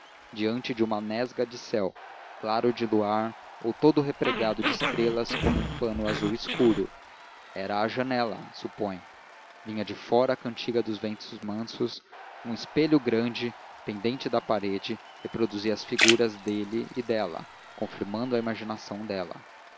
diante de uma nesga de céu claro de luar ou todo repregado de estrelas como um pano azul escuro era à janela supõe vinha de fora a cantiga dos ventos mansos um espelho grande pendente da parede reproduzia as figuras dela e dele confirmando a imaginação dela